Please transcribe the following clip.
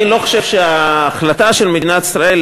אני לא חושב שההחלטה של מדינת ישראל,